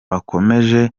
bakomeje